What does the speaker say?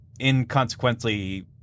inconsequently